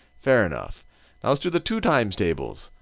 fair enough. now let's do the two times tables.